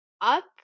up